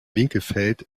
winkelfeld